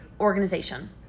organization